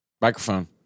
Microphone